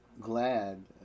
glad